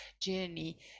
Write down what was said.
journey